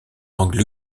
langue